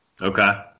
Okay